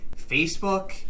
Facebook